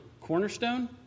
cornerstone